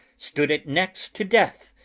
stood it next to death,